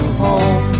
home